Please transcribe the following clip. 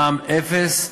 מע"מ אפס,